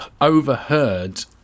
overheard